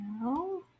now